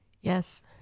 Yes